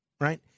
right